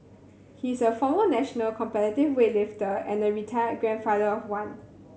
he is a former national competitive weightlifter and a retired grandfather of one